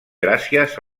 gràcies